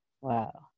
Wow